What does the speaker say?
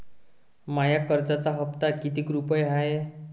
माया कर्जाचा हप्ता कितीक रुपये हाय?